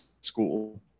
school